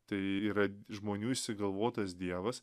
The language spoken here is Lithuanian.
tai yra žmonių išsigalvotas dievas